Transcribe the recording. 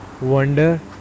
Wonder